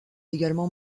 également